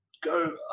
go